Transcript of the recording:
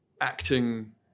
acting